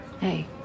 Hey